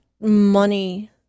money